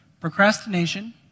procrastination